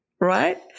Right